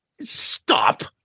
Stop